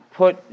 put